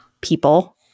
people